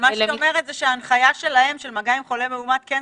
אומרת שההנחיה שלהם שמגע עם חולה מאומת כן